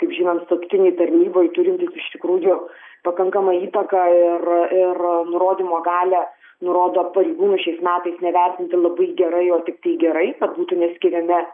kaip žinom statutinei tarnybai turintis iš tikrųjų pakankamą įtaką ir ir nurodymo galią nurodo pareigūnų šiais metais nevertinti labai gerai o tiktai gerai kad būtų neskiriami